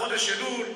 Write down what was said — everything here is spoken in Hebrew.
בחודש אלול,